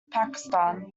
pakistan